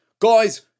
Guys